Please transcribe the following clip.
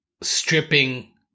stripping